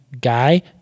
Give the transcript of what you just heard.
guy